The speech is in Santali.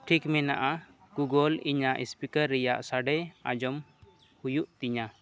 ᱴᱷᱤᱠ ᱢᱮᱱᱟᱜᱼᱟ ᱜᱩᱜᱚᱞ ᱤᱧᱟᱹᱜ ᱥᱯᱤᱠᱟᱨ ᱨᱮᱱᱟᱜ ᱥᱟᱰᱮ ᱟᱸᱡᱚᱢ ᱦᱩᱭᱩᱜ ᱛᱤᱧᱟᱹ